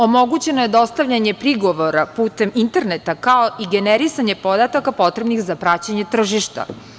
Omogućeno je dostavljanje prigovora putem interneta, kao i generisanje podataka potrebnih za praćenje tržišta.